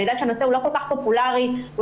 אני יודעת שהנושא לא כל כך פופולרי ואולי